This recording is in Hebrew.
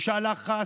בושה לך,